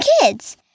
kids